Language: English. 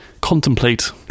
contemplate